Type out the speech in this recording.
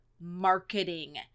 marketing